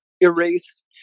erase